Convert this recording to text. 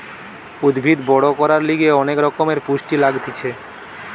উদ্ভিদ বড় করার লিগে অনেক রকমের পুষ্টি লাগতিছে